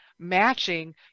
matching